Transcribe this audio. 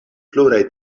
pluraj